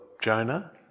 Jonah